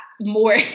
more